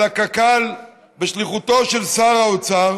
על קק"ל, בשליחותו של שר האוצר